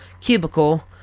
cubicle